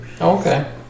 Okay